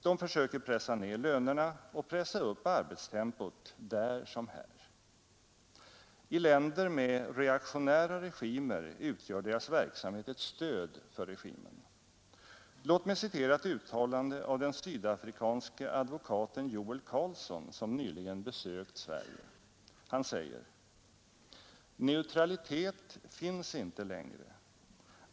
Man försöker pressa ned lönerna och pressa upp arbetstempot där som här. I länder med reaktionära regimer utgör dess verksamhet ett stöd för regimen. Låt mig citera ett uttalande av den sydafrikanske advokaten Joel Carlsson som nyligen besökt Sverige. Han säger: ”Neutralitet finns inte längre.